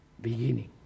beginning